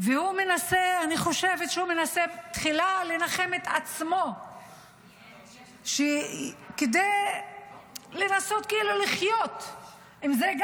אני חושבת שהוא מנסה תחילה לנחם את עצמו כדי לנסות כאילו לחיות עם זה.